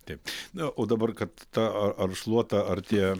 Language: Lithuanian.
taip na o dabar kad ta ar ar šluota ar tie